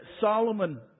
Solomon